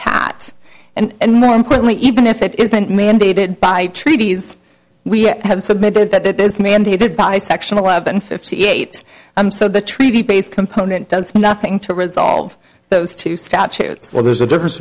caught and more importantly even if it isn't mandated by treaties we have submitted that it is mandated by section eleven fifty eight i'm so the treaty based component does nothing to resolve those two statutes so there's a difference